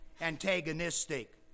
antagonistic